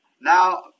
Now